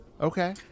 Okay